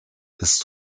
ist